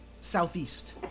southeast